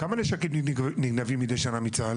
כמה נשקים נגנבים מדי שנה מצה"ל?